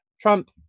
Trump